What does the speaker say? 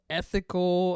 ethical